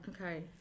Okay